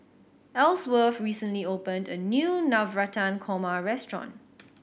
Ellsworth recently opened a new Navratan Korma restaurant